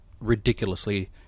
ridiculously